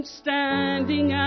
standing